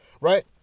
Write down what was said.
right